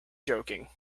joking